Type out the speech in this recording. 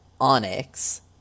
Onyx